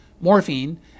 morphine